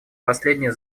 последнее